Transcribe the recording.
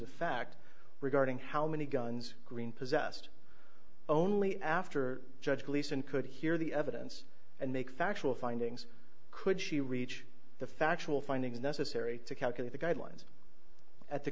fact regarding how many guns green possessed only after judge gleason could hear the evidence and make factual findings could she reach the factual findings necessary to calculate the guidelines at the